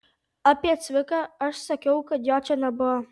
apie cviką aš sakiau kad jo čia nebuvo